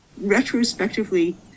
retrospectively